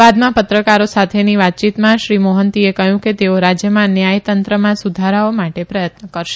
બાદમાં પત્રકારો સાથેની વાતયીતમાં શ્રી મોહંતીએ કહ્યું કે તેઓ રાજયમાં ન્યાયતંત્રમાં સુધારાઓ માટે પ્રયત્ન કરશે